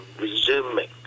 resuming